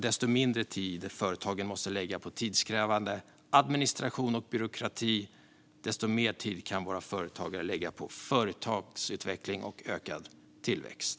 Ju mindre tid företagen måste lägga på tidskrävande administration och byråkrati, desto mer tid kan våra företagare lägga på företagsutveckling och ökad tillväxt.